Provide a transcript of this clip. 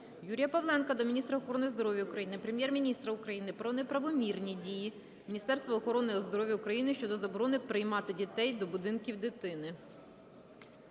Юрія Павленка до міністра охорони здоров'я України, Прем'єр-міністра України про неправомірні дії Міністерства охорони здоров'я України щодо заборони приймати дітей до будинків дитини.